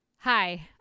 Hi